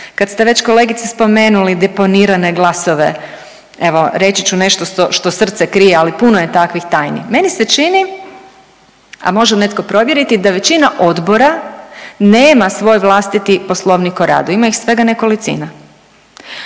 Kad ste već kolegice spomenuli deponirane glasove, evo reći ću nešto što srce krije, ali puno je takvih tajni. Meni se čini, a može netko provjeriti da većina odbora nema svoj vlastiti Poslovnik o radu. Ima ih svega nekolicina.